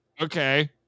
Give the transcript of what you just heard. Okay